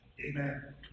Amen